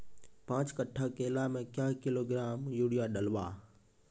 पाँच कट्ठा केला मे क्या किलोग्राम यूरिया डलवा?